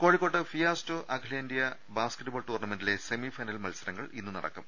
കോഴിക്കോട്ട് ഫിയാസ്റ്റോ അഖിലേന്ത്യാ ബാസ്കറ്റ് ബോൾ ടൂർണമെന്റിലെ സെമി ഫൈനൽ മത്സരങ്ങൾ ഇന്ന് നടക്കും